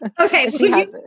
Okay